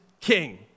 king